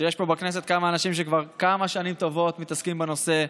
שיש פה בכנסת כמה אנשים שכבר כמה שנים טובות מתעסקים בנושא.